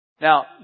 Now